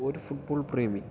ഒരു ഫുട്ബോൾ പ്രേമി